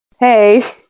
hey